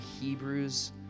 Hebrews